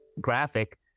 graphic